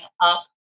up